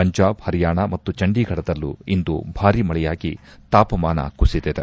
ಪಂಜಾಬ್ ಹರಿಯಾಣ ಮತ್ತು ಚಂಡೀಗಢದಲ್ಲೂ ಇಂದು ಭಾರಿ ಮಳೆಯಾಗಿ ತಾಪಮಾನ ಕುಸಿದಿದೆ